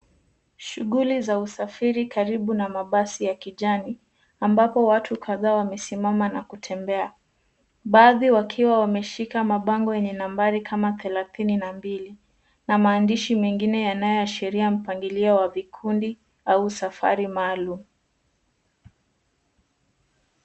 Shuguli za usafiri karibu na mabasi ya kijani ambapo watu kadhaa wamesimama na kutembea, baadhi wakiwa wameshika mabango yenye nambari kama thelethini na mbili na maandishi mengine yanayoashiria mpagilio wa vikundi au safari maalum.